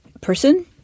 person